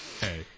hey